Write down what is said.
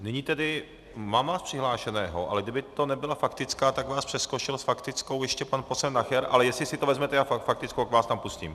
Nyní tedy mám vás přihlášeného, ale kdyby to nebyl faktická, tak vás přeskočil s faktickou ještě pan poslanec Nacher, ale jestli si to vezmete, faktickou, tak vás tam pustím.